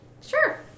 Sure